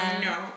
no